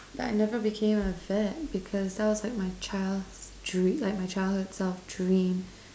that I never became a vet because that was like my child's dream like my child self dream